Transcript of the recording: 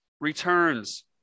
returns